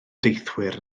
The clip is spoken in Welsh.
deithwyr